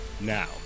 Now